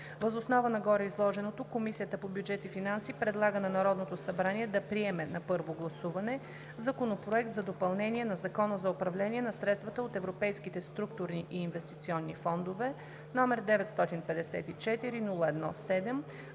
Въз основа на гореизложеното Комисията по бюджет и финанси предлага на Народното събрание да приеме на първо гласуване Законопроект за допълнение на Закона за управление на средствата от европейските структурни и инвестиционни фондове, № 954-01-7,